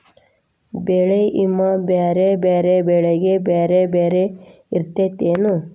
ಬೆಳೆ ವಿಮಾ ಬ್ಯಾರೆ ಬ್ಯಾರೆ ಬೆಳೆಗೆ ಬ್ಯಾರೆ ಬ್ಯಾರೆ ಇರ್ತೇತೆನು?